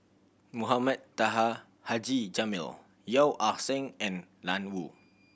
Mohamed Taha Haji Jamil Yeo Ah Seng and Ian Woo